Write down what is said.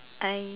I